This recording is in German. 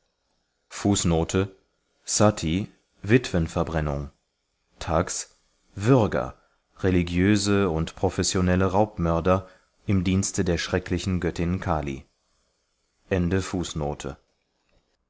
witwenverbrennung thags würger religiöse und professionelle raubmörder im dienste der schrecklichen göttin kali